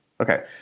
Okay